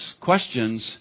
questions